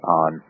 on